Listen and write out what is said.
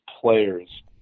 players